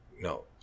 No